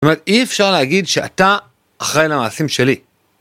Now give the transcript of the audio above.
זאת אומרת אי אפשר להגיד שאתה אחראי למעשים שלי.